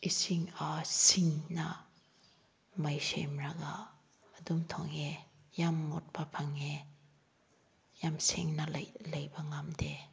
ꯏꯁꯤꯡ ꯁꯤꯡꯅ ꯃꯩ ꯁꯦꯝꯔꯒ ꯑꯗꯨꯝ ꯊꯣꯡꯉꯦ ꯌꯥꯝ ꯃꯣꯠꯄ ꯐꯪꯉꯦ ꯌꯥꯝ ꯁꯦꯡꯅ ꯂꯩꯕ ꯉꯝꯗꯦ